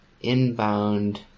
inbound